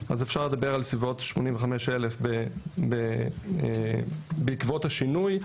אז אפשר לדבר על סביבות 85,000 בעקבות השינוי.